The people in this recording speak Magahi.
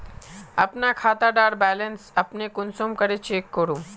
अपना खाता डार बैलेंस अपने कुंसम करे चेक करूम?